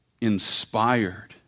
inspired